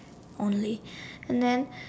only and then